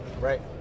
Right